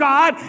God